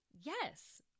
yes